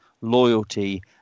loyalty